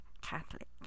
Catholic